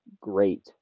great